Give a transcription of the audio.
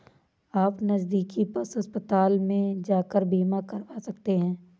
आप नज़दीकी पशु अस्पताल में जाकर बीमा करवा सकते है